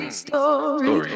story